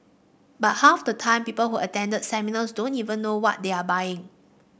but half the time people who attend the seminars don't even know what they are buying